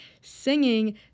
singing